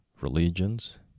religions